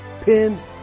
pins